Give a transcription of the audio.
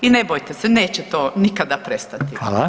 I ne bojte se neće to nikada prestati.